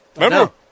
Remember